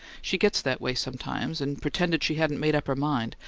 she gets that way sometimes, and pretended she hadn't made up her mind,